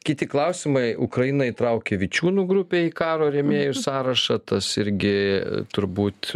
kiti klausimai ukraina įtraukė vičiūnų grupę į karo rėmėjų sąrašą tas irgi turbūt